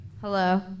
Hello